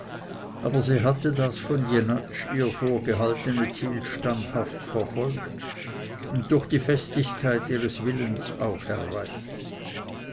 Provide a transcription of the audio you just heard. aber sie hatte das von jenatsch ihr vorgehaltene ziel standhaft verfolgt und durch die festigkeit ihres willens auch erreicht